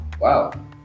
Wow